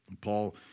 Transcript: Paul